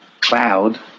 cloud